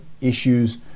issues